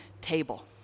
table